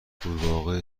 غورباغه